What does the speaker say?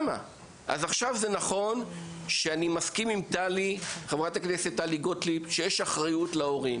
אני מסכים עם חברת הכנסת טלי גוטליב שיש אחריות להורים,